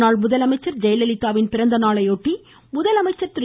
முன்னாள் முதலமைச்சர் ஜெயலலிதாவின் பிறந்தநாளையொட்டி முதலமைச்சர் திரு